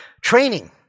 Training